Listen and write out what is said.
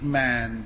man